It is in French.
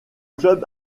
club